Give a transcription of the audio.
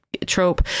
trope